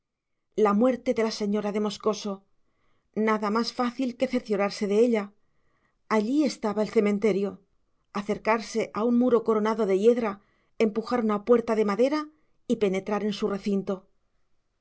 la muerte de la señora de moscoso nada más fácil que cerciorarse de ella allí estaba el cementerio acercarse a un muro coronado de hiedra empujar una puerta de madera y penetrar en su recinto